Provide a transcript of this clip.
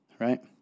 Right